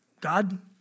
God